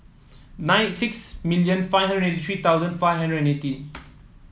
nine six million five hundred eighty three thousand five hundred and eighteen